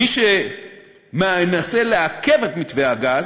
מי שמנסה לעכב את מתווה הגז